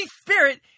Spirit